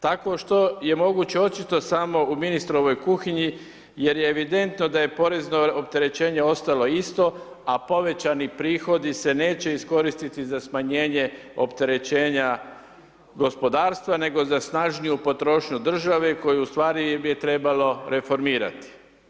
Takvo što je moguće očito samo u ministrovoj kuhinji, jer je evidentno da je porezno opterećenje ostalo isto, a povećani prihodi se neće iskoristiti za smanjenje opterećenja gospodarstva, nego za snažniju potrošnju države koju u stvari bi je trebalo reformirati.